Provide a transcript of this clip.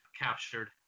captured